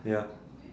ya